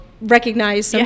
recognize